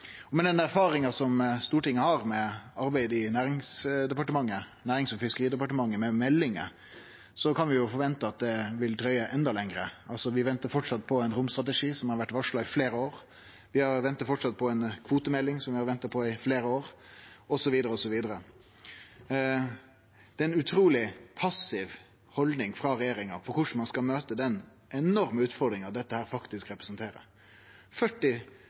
Med den erfaringa som Stortinget har med arbeid med meldingar i Nærings- og fiskeridepartementet, kan vi forvente at det vil dryge enda lenger. Vi ventar framleis på ein romstrategi som har vore varsla i fleire år, vi ventar framleis på ei kvotemelding som vi har venta på i fleire år, osv. Det er ei utruleg passiv haldning frå regjeringa med omsyn til korleis ein skal møte den enorme utfordringa dette faktisk representerer. Ein anslår at 40